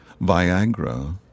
Viagra